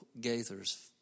Gaither's